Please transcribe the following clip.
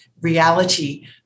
reality